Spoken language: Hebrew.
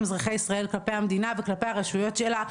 אזרחי ישראל כלפי המדינה וכלפי הרשויות שלה,